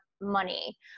money